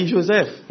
Joseph